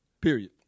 Period